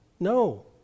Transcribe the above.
No